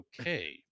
okay